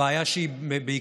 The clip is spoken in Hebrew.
הבעיה היא שהיא דואגת